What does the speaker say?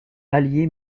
allié